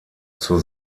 zur